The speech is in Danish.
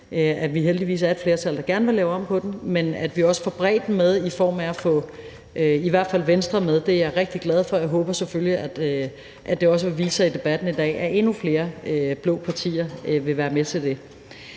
at vi heldigvis er flere, der gerne vil lave om på den, men at vi også får bredden med i form af at få i hvert fald Venstre med. Det er jeg rigtig glad for og håber selvfølgelig, at det i debatten i dag også vil vise sig, at endnu flere blå partier vil være med til det.